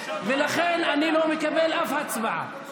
ולכן אני לא מקבל אף הצבעה.